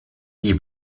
die